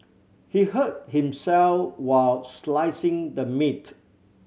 he hurt himself while slicing the meat